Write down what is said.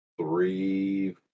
three